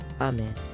Amen